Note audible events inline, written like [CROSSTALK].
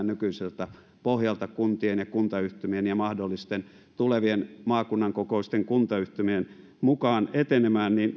[UNINTELLIGIBLE] nykyiseltä pohjalta kuntien ja kuntayhtymien ja mahdollisten tulevien maakunnan kokoisten kuntayhtymien mukaan etenemään niin